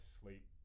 sleep